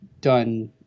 done